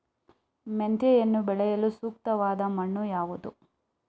ಮೆಂತೆಯನ್ನು ಬೆಳೆಯಲು ಸೂಕ್ತವಾದ ಮಣ್ಣು ಯಾವುದು?